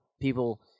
people